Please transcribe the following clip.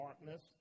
darkness